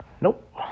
Nope